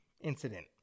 incident